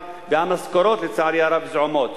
זעומות.